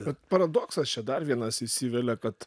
bet paradoksas čia dar vienas įsivelia kad